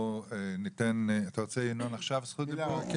ינון, בבקשה.